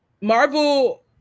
Marvel